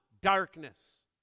darkness